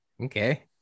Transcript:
Okay